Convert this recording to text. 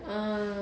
ah